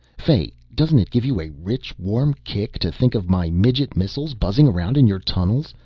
fay, doesn't it give you a rich warm kick to think of my midget missiles buzzing around in your tunnels,